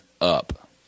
up